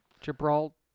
Gibraltar